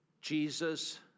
Jesus